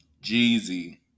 Jeezy